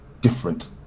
different